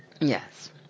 Yes